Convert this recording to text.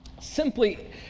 simply